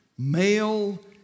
male